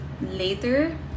later